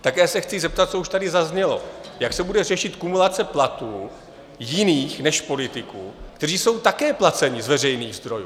Také se chci zeptat na to, co už tady zaznělo, jak se bude řešit kumulace platů jiných než politiků, kteří jsou také placeni z veřejných zdrojů.